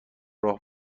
راه